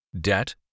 debt